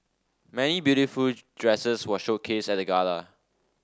many beautiful dresses were showcased at the gala